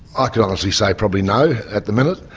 ah could honestly say probably no, at the minute.